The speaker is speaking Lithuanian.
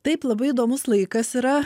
taip labai įdomus laikas yra